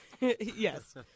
Yes